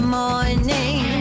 morning